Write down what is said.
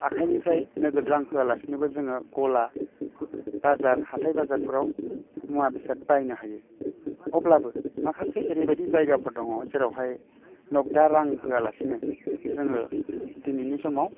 आखाइनिफ्राइ नोगोद रां लासिनोबो जोङो गला बाजार हाथाइ बाजारफ्राव मुवा बेसाद बायनो हायो अब्लाबो माखासे एरैबायदि जायगोफोर दं जेरावहाय नगदा रां होआलासिनो जोङो दिनैनि समाव